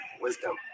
Wisdom